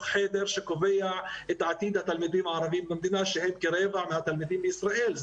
החדר שקובע את עתיד התלמידים הערבים במדינה שהם כרבע מהתלמידים בישראל.